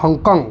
Hong Kong